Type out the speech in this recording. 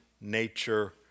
nature